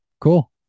cool